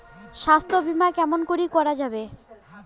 স্বাস্থ্য বিমা কেমন করি করা যাবে?